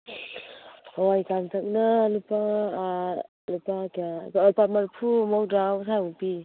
ꯍꯋꯥꯏ ꯀꯪꯇꯛꯅ ꯂꯨꯄꯥ ꯂꯨꯄꯥ ꯃꯔꯤꯐꯨ ꯃꯧꯗ꯭ꯔꯥ ꯁ꯭ꯋꯥꯏꯃꯨꯛ ꯄꯤ